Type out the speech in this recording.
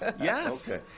Yes